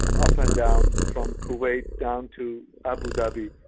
up and down from kuwait down to abu dhabi,